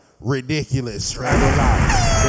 ridiculous